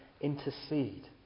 intercede